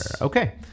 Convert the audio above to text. Okay